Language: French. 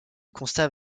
constat